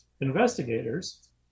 investigators